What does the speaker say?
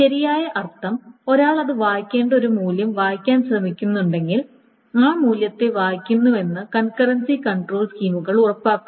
ശരിയായ അർത്ഥം ഒരാൾ അത് വായിക്കേണ്ട ഒരു മൂല്യം വായിക്കാൻ ശ്രമിക്കുന്നുണ്ടെങ്കിൽ ആ മൂല്യത്തെ വായിക്കുന്നുവെന്ന് കൺകറൻസി കൺട്രോൾ സ്കീമുകൾ ഉറപ്പാക്കുന്നു